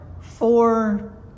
four